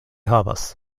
havas